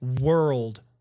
world